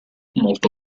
molto